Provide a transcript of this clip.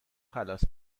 خلاص